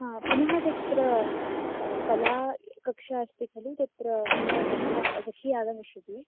ह पुनः तत्र कला कक्षास्ति खलु तत्र मम सखी सखी आगमिष्यति